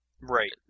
right